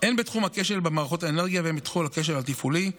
הן בתחום הכשל במערכות האנרגיה והן בתחום הכשל התפעולי.